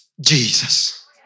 Jesus